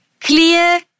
Clear